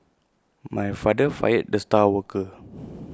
my father fired the star worker